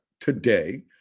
today